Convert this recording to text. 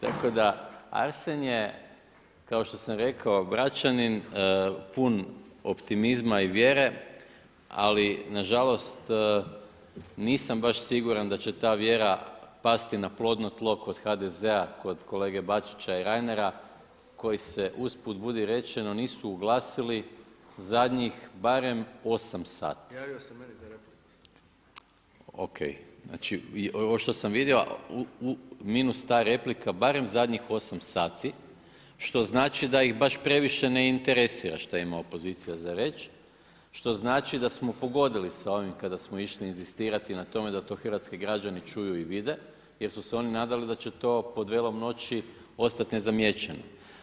Tako da, Arsen je kao što sam rekao Bračanin pun optimizma i vjere, ali na žalost nisam baš siguran da će ta vjera pasti na plodno tlo kod HDZ-a, kod kolege Bačića i Reinera koji se usput budi rečeno nisu oglasili zadnjih barem 8 sati [[Upadica: Javio se meni za repliku.]] O.k. Znači ovo što sam vidio minus ta replika barem zadnjih osam sati što znači da ih baš previše ne interesira što ima opozicija za reći što znači da smo pogodili sa ovim kada smo išli inzistirati na tome da to hrvatski građani čuju i vide, jer su se oni nadali da će to pod velom noći ostati nezamijećeno.